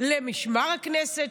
למשמר הכנסת,